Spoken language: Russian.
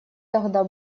тогда